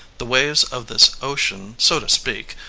the waves of this ocean, so to speak,